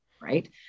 right